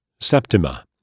Septima